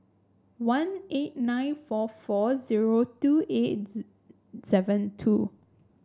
one eight nine four four zero two eight seven two